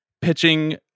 pitching